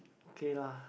okay lah